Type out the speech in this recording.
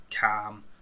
calm